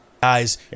guys